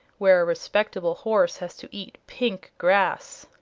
where a respectable horse has to eat pink grass!